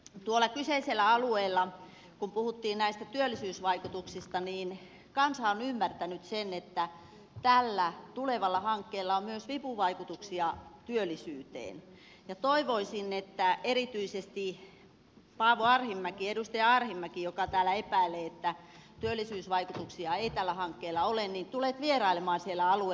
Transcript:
tuolla kyseisellä alueella kun puhuttiin näistä työllisyysvaikutuksista kansa on ymmärtänyt sen että tällä tulevalla hankkeella on myös vipuvaikutuksia työllisyyteen ja toivoisin että erityisesti edustaja arhinmäki joka täällä epäilee että työllisyysvaikutuksia ei tällä hankkeella ole tulee vierailemaan siellä alueella